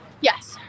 Yes